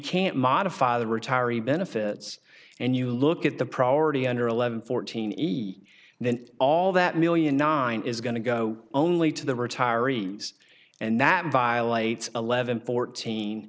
can't modify the retiree benefits and you look at the priority under eleven fourteen easy then all that million nine is going to go only to the retirees and that violates eleven fourteen